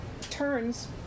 turns